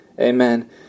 Amen